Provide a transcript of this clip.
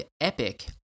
epic